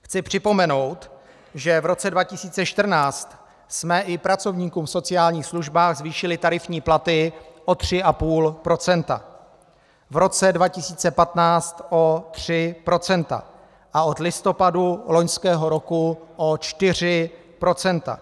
Chci připomenout, že v roce 2014 jsme i pracovníkům v sociálních službách zvýšili tarifní platy o 3,5 %, v roce 2015 o 3 % a od listopadu loňského roku o 4 %.